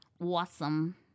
Awesome